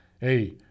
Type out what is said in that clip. Hey